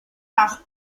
nach